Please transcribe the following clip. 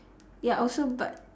ya also but